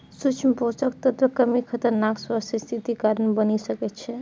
सूक्ष्म पोषक तत्वक कमी खतरनाक स्वास्थ्य स्थितिक कारण बनि सकै छै